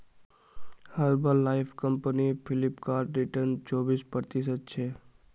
herbal life company Flipkart return चोबीस प्रतिशतछे